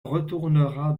retournera